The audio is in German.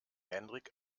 henrik